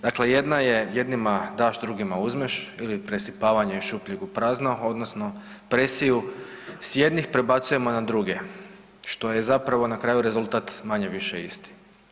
Dakle, jedna je jednima daš, drugima uzmeš ili presipavanje iz šupljeg u prazno odnosno presiju s jednih prebacujemo na druge, što je zapravo na kraju rezultat manje-više isti.